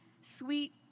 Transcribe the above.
sweet